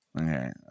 Okay